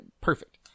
perfect